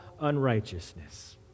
unrighteousness